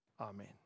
amen